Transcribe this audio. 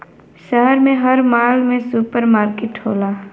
शहर में हर माल में सुपर मार्किट होला